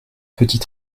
petit